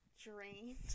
drained